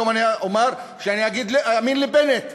היום אני אומר שאני אאמין לבנט.